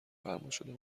فرماشده